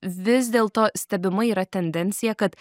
vis dėlto stebima yra tendencija kad